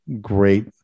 great